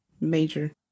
Major